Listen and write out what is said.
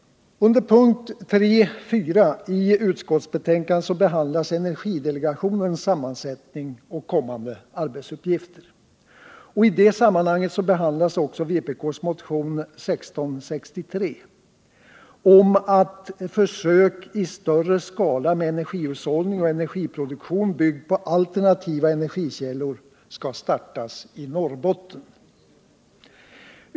Under punkt 3.4 i utskottsbetänkandet behandlas energidelegationens sammansättning och kommande arbetsuppgifter. I det sammanhanget behandlas också vpk:s motion 1663 om att försök i större skala med energihushållning och energiproduktion byggd på alternativa energikällor skall startas i Norrbotten.